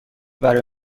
برای